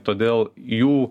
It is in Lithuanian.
todėl jų